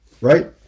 right